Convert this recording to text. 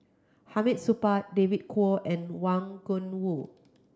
Hamid Supaat David Kwo and Wang Gungwu